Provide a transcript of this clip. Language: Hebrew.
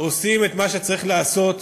עושים את מה שצריך לעשות.